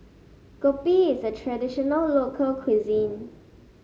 kopi is a traditional local cuisine